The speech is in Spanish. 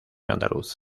andaluz